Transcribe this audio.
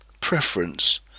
Preference